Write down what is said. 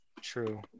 True